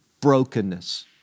brokenness